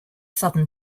southern